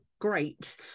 great